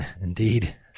Indeed